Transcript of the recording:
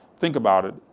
think about it,